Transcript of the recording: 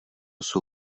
jsou